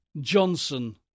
Johnson